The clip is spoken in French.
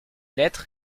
lettre